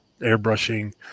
airbrushing